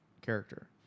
character